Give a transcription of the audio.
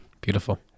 Beautiful